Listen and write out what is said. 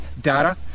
data